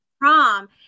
prom